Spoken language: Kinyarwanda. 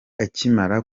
akimara